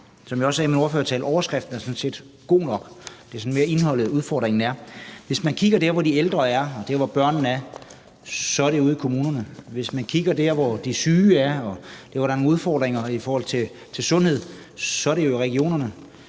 Som jeg også sagde i min ordførertale, er overskriften sådan set god nok. Det er sådan mere i indholdet, hvor udfordringen er. Hvis man ser på, hvor de ældre er, og hvor børnene er, så må man sige, at det er ude i kommunerne, de er. Hvis man ser på, hvor de syge er, og hvor der er nogle udfordringer i forhold til sundhed, så må man jo sige,